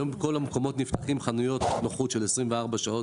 היום בכל המקומות נפתחות חנויות נוחות של 24 שעות